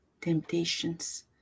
temptations